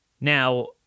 Now